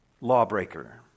lawbreaker